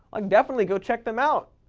like definitely go check them out.